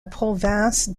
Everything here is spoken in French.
province